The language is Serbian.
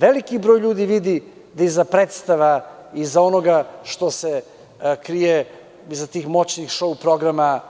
Veliki broj ljudi vidi da iza predstava, iza onoga što se krije iza tih moćnih šou-programa